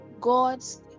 God's